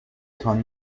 تان